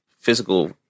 physical